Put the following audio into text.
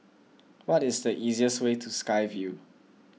what is the easiest way to Sky Vue